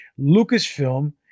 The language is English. Lucasfilm